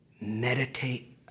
meditate